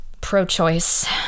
pro-choice